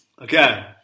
Okay